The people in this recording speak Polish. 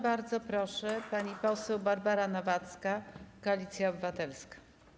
Bardzo proszę, pani poseł Barbara Nowacka, Koalicja Obywatelska.